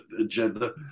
agenda